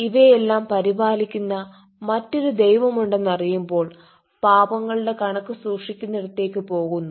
ഇവയെല്ലാം പരിപാലിക്കുന്ന മറ്റൊരു ദൈവമുണ്ടെന്നു അറിയുമ്പോൾ പാപങ്ങളുടെ കണക്കു സൂക്ഷിക്കുന്നിടത്തേക്ക് പോകുന്നു